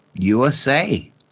USA